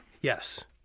Yes